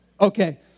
Okay